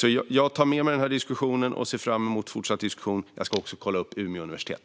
Jag tar med mig detta och ser fram emot fortsatt diskussion. Jag ska också kolla upp Umeå universitet.